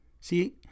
See